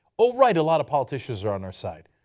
oh, right, a lot of politicians are on her side.